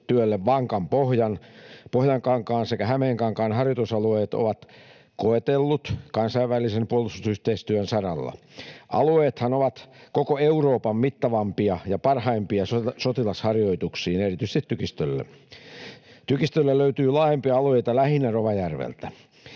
yhteistyölle vankan pohjan. Pohjankankaan sekä Hämeenkankaan harjoitusalueet ovat koetellut kansainvälisen puolustusyhteistyön saralla. Alueethan ovat koko Euroopan mittavimpia ja parhaimpia sotilasharjoituksiin, erityisesti tykistölle. Tykistölle löytyy laajempia alueita lähinnä Rovajärveltä.